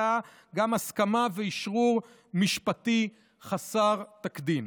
אלא גם הסכמה ואשרור משפטי חסר תקדים: